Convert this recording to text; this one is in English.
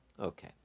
Okay